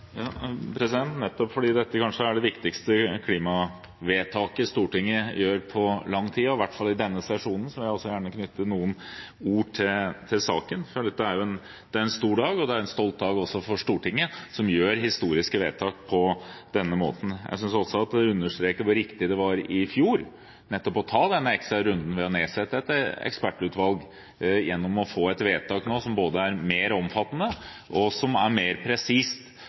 det viktigste klimavedtaket Stortinget fatter på lang tid, og i hvert fall i denne sesjonen, vil jeg gjerne knytte noen ord til saken. Dette er en stor dag. Det er en stolt dag for Stortinget, som fatter historiske vedtak på denne måten. Jeg synes også det understreker hvor riktig det var i fjor nettopp å ta den ekstra runden med å nedsette et ekspertutvalg, fordi vi får et vedtak nå som både er mer omfattende, mer presist og som kan få en operasjonell betydning i større grad enn det forslaget som lå i Stortinget i fjor vår. Jeg er